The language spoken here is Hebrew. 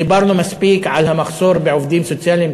דיברנו מספיק על המחסור בעובדים סוציאליים,